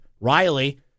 Riley